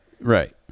right